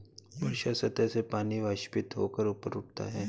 वर्षा सतह से पानी वाष्पित होकर ऊपर उठता है